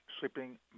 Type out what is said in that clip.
Shipping